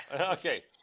okay